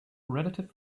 relative